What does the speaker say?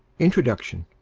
introduction.